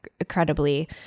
incredibly